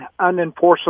unenforceable